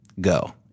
Go